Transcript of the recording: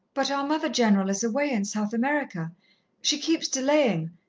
but our mother-general is away in south america she keeps delaying,